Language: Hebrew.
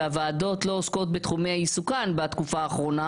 שהוועדות לא עוסקות בתחומי עיסוקן בתקופה האחרונה